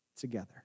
together